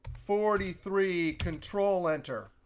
forty three control enter.